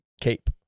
cape